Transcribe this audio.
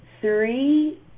Three